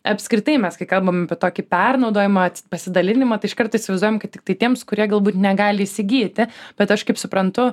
apskritai mes kai kalbam apie tokį pernaudojimą pasidalinimą tai iškart įsivaizduojam kad tiktai tiems kurie galbūt negali įsigyti bet aš kaip suprantu